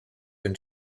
been